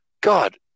God